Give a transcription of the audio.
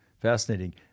Fascinating